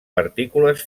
partícules